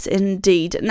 indeed